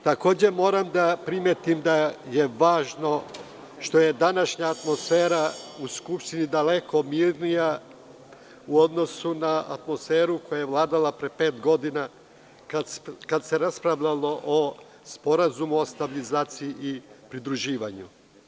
Takođe moram da primetim da je važno što je današnja atmosfera u Skupštini daleko mirnija u odnosu na atmosferu koja je vladala pre pet godina, kada se raspravljalo o Sporazumu o stabilizaciji i pridruživanju.